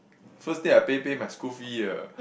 first thing I pay pay my school fees ah